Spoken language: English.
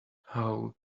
how